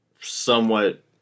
somewhat